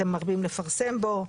אתה מפרסם בו,